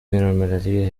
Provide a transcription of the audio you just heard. بینالمللی